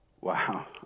Wow